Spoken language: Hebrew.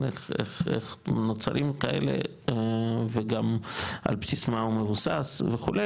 איך נוצרים כאלה וגם על בסיס מה הוא מבוסס וכו',